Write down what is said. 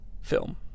film